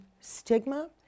stigma